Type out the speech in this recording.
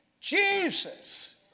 Jesus